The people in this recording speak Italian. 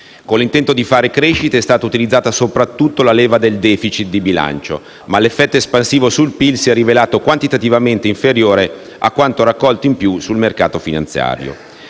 Con l'intento di fare crescita è stata utilizzata soprattutto la leva del *deficit* di bilancio. L'effetto espansivo sul PIL si è però rivelato quantitativamente inferiore a quanto raccolto in più sul mercato finanziario.